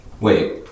Wait